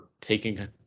taking